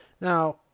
Now